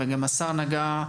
וגם השר נגע בה,